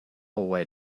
way